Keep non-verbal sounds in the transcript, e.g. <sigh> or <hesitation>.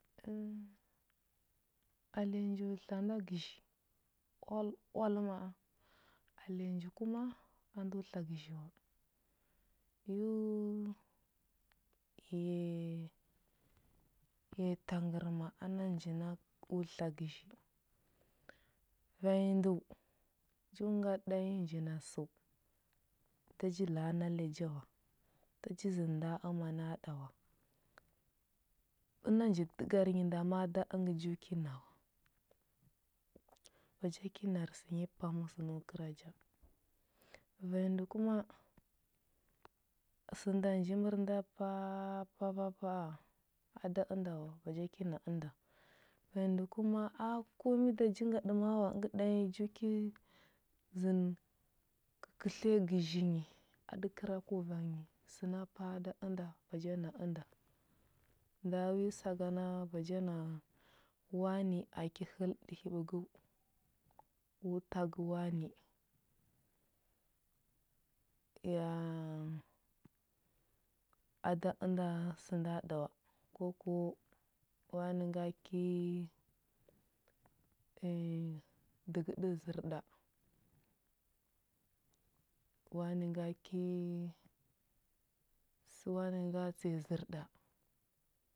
Ə ale nju tla da gəzhi, oal oal ma a. Ale nji kuma a ndo tla gəzhi wa. Yu ghe <hesitation> ghe tangərma ana nji ndo tla gəzhi: vanyi ndəu nju ngaɗə ɗanyi ji na səu, da ji la a na lya ja wa, da ji zənə nda amana ɗa wa, əna nji dəgar nyi nda ma a da əngə ju ki na wa. Ba ja ki nay sə nyi pam səno kəra ja. Vanyi ndə kuma, sənda nji mər nda pa pa pa pa a a da ənda ba ja ki na ənda. Vanyi ndə kuma a komi da ji ngaɗə ma a əngə ɗanyi ju ki zən kəkətliya gəzhi nyi a ɗəkəra kuva nyi səna pa a da ənda ba ja ənda. Nda wi sagana ba ja na wani a ki həlɗi hiɓəgəu u tagə wani. Ya <hesitation> a da ənda sənda ɗa wa, ko ko wani nga ki <hesitation> dəgəɗə zər ɗa wani nga ki sə wani nga tsəya zər ɗa